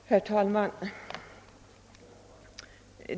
Herr talman!